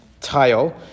tile